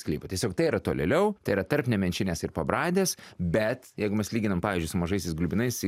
sklypą tiesiog tai yra tolėliau tai yra tarp nemenčinės ir pabradės bet jeigu mes lyginam pavyzdžiui su mažaisiais gulbinais